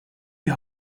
die